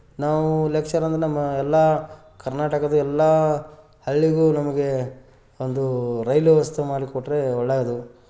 ನಾವು ಎಲೆಕ್ಷನ್ ಅಂದ್ರೆ ನಮ್ಮ ಎಲ್ಲ ಕರ್ನಾಟಕದ್ದು ಎಲ್ಲ ಹಳ್ಳಿಗೂ ನಮಗೆ ಒಂದು ರೈಲು ವ್ಯವಸ್ಥೆ ಮಾಡಿ ಕೊಟ್ಟರೆ ಒಳ್ಳೆಯದು